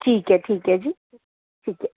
ठीक ऐ ठीक ऐ जी